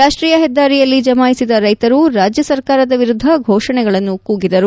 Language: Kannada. ರಾಷ್ಟೀಯ ಹೆದ್ದಾರಿಯಲ್ಲಿ ಜಮಾಯಿಸಿದ ರೈತರು ರಾಜ್ಯ ಸರ್ಕಾರದ ವಿರುದ್ದ ಘೋಷಣೆಗಳನ್ನು ಕೂಗಿದರು